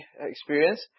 experience